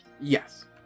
Yes